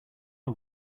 are